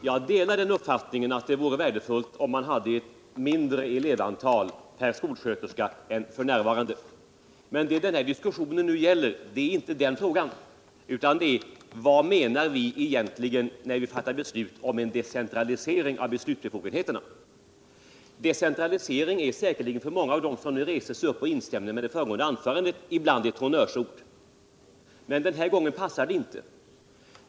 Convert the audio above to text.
Herr talman! Jag delar den uppfattningen att det vore värdefullt om man hade eu mindre clevantal per skolsköterska än f. n. Men den här diskussionen gäller inte den frågan utan vad vi egentligen menar när vi fattar beslut om en decentralisering av beslutsbefogenheterna. Decentralisering är säkerligen för många av dem som nu reste sig upp och instämde i det föregående antörandet ibland ett honnörsord. Men den här gången passar det inte.